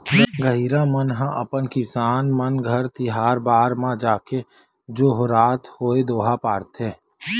गहिरा मन ह अपन किसान मन घर तिहार बार म जाके जोहारत होय दोहा पारथे